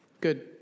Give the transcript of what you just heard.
good